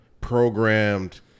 programmed